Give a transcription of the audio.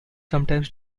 sometimes